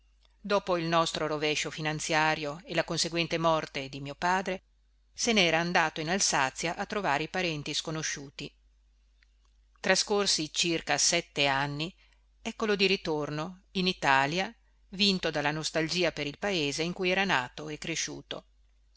dopo il nostro rovescio finanziario e la conseguente morte di mio padre se nera andato in alsazia a trovare i parenti sconosciuti trascorsi circa sette anni eccolo di ritorno in italia vinto dalla nostalgia per il paese in cui era nato e cresciuto